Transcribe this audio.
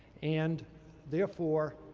and therefore,